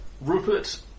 Rupert